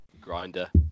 Grinder